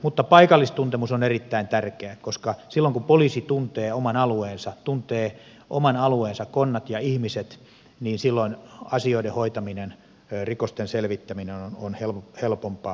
mutta paikallistuntemus on erittäin tärkeää koska silloin kun poliisi tuntee oman alueensa tuntee oman alueensa konnat ja ihmiset niin silloin asioiden hoitaminen rikosten selvittäminen on helpompaa